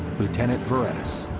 lieutenant verinis.